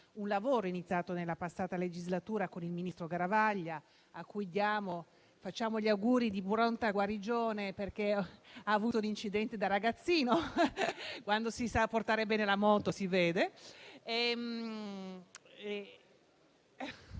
un lavoro iniziato nella scorsa legislatura con il ministro Garavaglia, a cui facciamo gli auguri di pronta guarigione, perché ha avuto un incidente da ragazzino (quando si sa portare bene la moto, si vede).